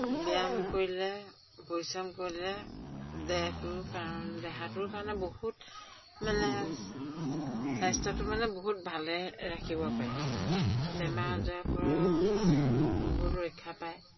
ব্যায়াম কৰিলে পৰিশ্ৰম কৰিলে দেহটোৰ কাৰণে দেহাটোৰ কাৰণে বহুত মানে স্বাস্থ্যটো মানে বহুত ভালে ৰাখিব পাৰি বেমাৰ আজাৰৰ পৰাও বহুত ৰক্ষা পায়